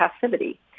passivity